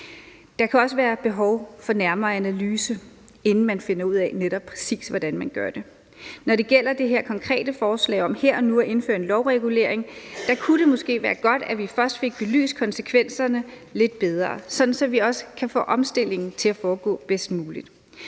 Der kan også være behov for nærmere analyse, inden man finder ud af, præcis hvordan man gør det. Når det gælder det her konkrete forslag om her og nu at indføre en lovregulering, kunne det måske være godt, at vi først fik belyst konsekvenserne lidt bedre, sådan at vi også kan få omstillingen til at foregå bedst muligt.